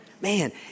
Man